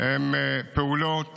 הם פעולות